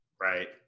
Right